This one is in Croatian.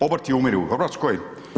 Obrti umiru u Hrvatskoj.